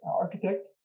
architect